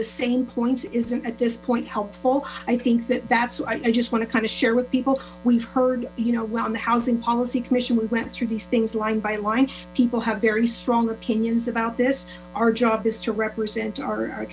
the same points isn't at this point helpful i think that that's i just want to kind of share with people we've heard you on the housing policy commission we went through these things line by line people have very strong opinions about this our job is to represent our